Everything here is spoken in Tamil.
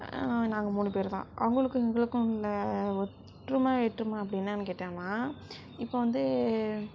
நாங்க மூணு பேர்தான் அவங்களுக்கும் எங்களுக்கும் உள்ள ஒற்றுமை வேற்றுமை அப்படி என்னன்னு கேட்டிங்கன்னா இப்போ வந்து